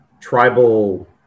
tribal